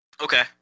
Okay